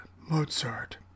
mozart